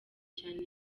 cyane